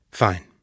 Fine